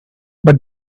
but